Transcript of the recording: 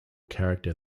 character